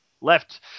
left